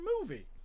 movie